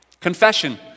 Confession